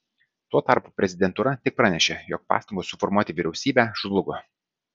tuo tarpu prezidentūra tik pranešė jog pastangos suformuoti vyriausybę žlugo